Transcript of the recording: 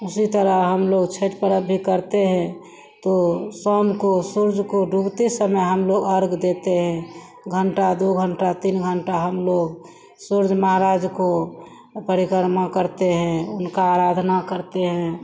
उसी तरह हमलोग छठ परब भी करते हैं तो शाम को सूर्य को डूबते समय हमलोग अघ्र्य देते हैं घन्टा दो घन्टा तीन घन्टा हमलोग सूर्य महाराज को परिक्रमा करते हैं उनकी आराधना करते हैं